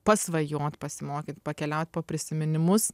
pasvajot pasimokyt pakeliaut po prisiminimus